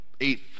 eighth